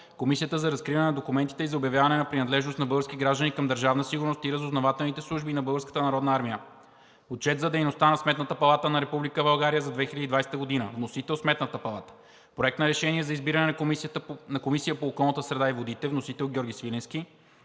Комисията за разкриване на документите и за обявяване на принадлежност на български граждани към Държавна сигурност и разузнавателните служби на Българската народна армия. Отчет за дейността на Сметната палата на Република България за 2020 г. Вносител е Сметната палата. Проект на решение за избиране на Комисия по околната среда и водите. Вносител е народният